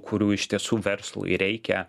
kurių iš tiesų verslui reikia